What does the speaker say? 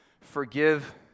forgive